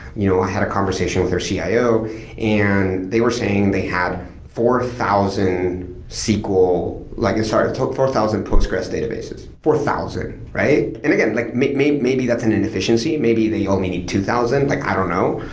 you know had a conversation with their cio and they were saying they had four thousand sql, like a start four thousand postgressql databases four thousand. right? and again, like maybe maybe that's an inefficiency, maybe they only need two thousand. like i don't know.